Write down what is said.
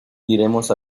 iremos